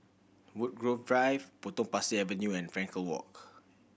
Woodgrove Drive Potong Pasir Avenue and Frankel Walk